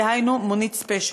דהיינו מונית ספיישל.